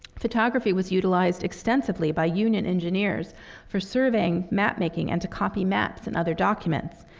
photography was utilized extensively by union engineers for surveying, mapmaking, and to copy maps and other documents,